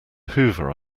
hoover